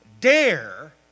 dare